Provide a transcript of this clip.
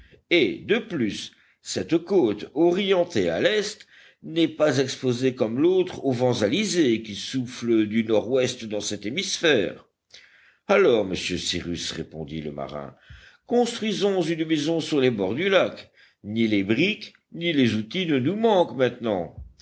et de plus cette côte orientée à l'est n'est pas exposée comme l'autre aux vents alizés qui soufflent du nord-ouest dans cet hémisphère alors monsieur cyrus répondit le marin construisons une maison sur les bords du lac ni les briques ni les outils ne nous manquent maintenant